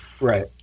Right